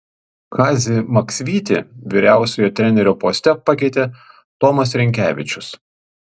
kazį maksvytį vyriausiojo trenerio poste pakeitė tomas rinkevičius